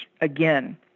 again